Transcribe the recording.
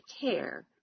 care